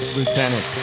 Lieutenant